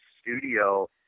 studio